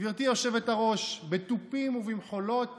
גברתי היושבת-ראש, בתופים ובמחולות